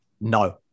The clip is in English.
No